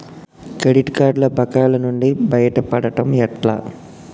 Credit కార్డుల బకాయిల నుండి బయటపడటం ఎట్లా?